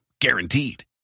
Guaranteed